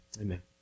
Amen